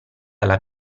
alla